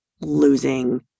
losing